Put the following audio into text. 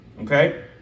Okay